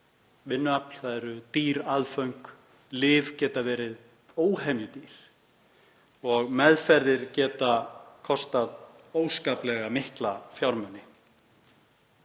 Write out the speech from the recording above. vinnuafl. Það eru dýr aðföng. Lyf geta verið óhemju dýr og meðferðir geta kostað óskaplega mikla fjármuni.